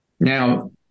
now